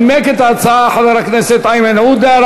נימק את ההצעה חבר הכנסת איימן עודה.